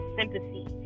sympathy